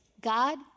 god